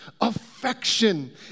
Affection